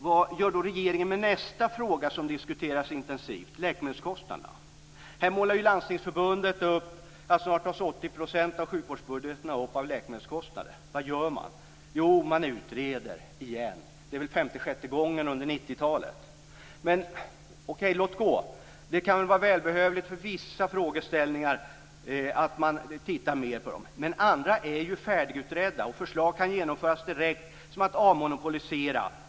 Vad gör då regeringen med nästa fråga som diskuteras intensivt: läkemedelskostnaderna? Landstingsförbundet målar upp en bild av att 80 % av sjukvårdsbudgetarna snart tas upp av läkemedelskostnader. Vad gör man? Jo, man utreder igen. Det är väl femte, sjätte gången under 1990-talet. Men låt gå, det kan vara välbehövligt att man tittar mer på vissa frågeställningar. Men andra är ju färdigutredda, och förslag kan genomföras direkt. Man kan t.ex. avmonopolisera.